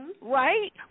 right